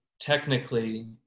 technically